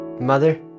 Mother